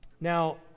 Now